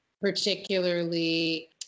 particularly